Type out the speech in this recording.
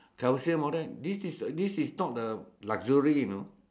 calcium all that this this is not the luxury you know